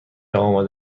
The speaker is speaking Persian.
آماده